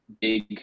big